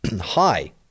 Hi